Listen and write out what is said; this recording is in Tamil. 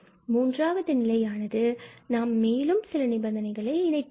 மூன்றாவது நிலையானது நாம் மேலும் சில நிபந்தனைகளை இணைத்துள்ளோம்